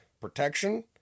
protection